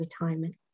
retirement